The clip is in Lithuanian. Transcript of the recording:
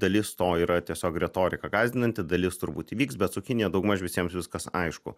dalis to yra tiesiog retorika gąsdinanti dalis turbūt įvyks bet su kinija daugmaž visiems viskas aišku